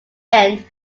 saying